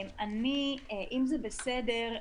אם זה בסדר,